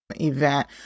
event